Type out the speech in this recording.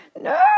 no